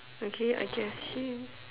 okay I can see